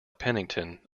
pennington